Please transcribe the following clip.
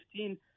2015